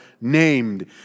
named